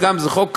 זה חוק ראוי.